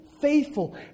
faithful